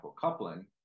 coupling